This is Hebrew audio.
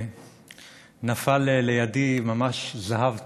נפל לידי ממש זהב טהור.